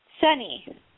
Sunny